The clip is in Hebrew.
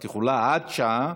את יכולה עד שעה,